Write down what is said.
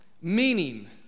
meaning